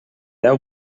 deu